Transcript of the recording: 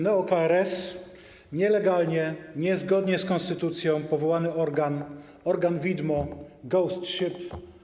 Neo-KRS - nielegalnie, niezgodnie z konstytucją powołany organ, organ widmo, ghost ship.